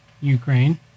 Ukraine